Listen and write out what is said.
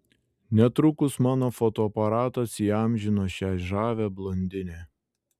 netrukus mano fotoaparatas įamžino šią žavią blondinę